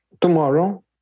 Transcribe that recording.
tomorrow